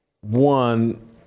One